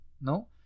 no